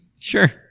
Sure